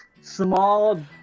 Small